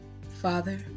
Father